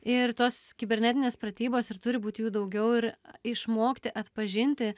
ir tos kibernetinės pratybos ir turi būti jų daugiau ir išmokti atpažinti